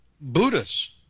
Buddhas